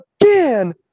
again